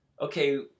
Okay